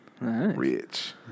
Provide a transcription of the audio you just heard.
Rich